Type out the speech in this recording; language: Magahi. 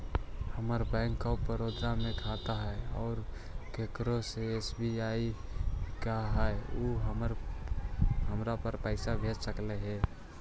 हमर बैंक ऑफ़र बड़ौदा में खाता है और केकरो एस.बी.आई में है का उ हमरा पर पैसा भेज सकले हे?